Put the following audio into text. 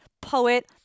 poet